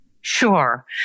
Sure